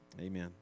Amen